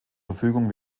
verfügung